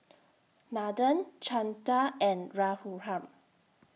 Nathan Chanda and Raghuram